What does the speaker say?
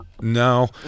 No